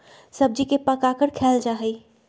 सब्जी के पकाकर खायल जा हई